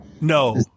No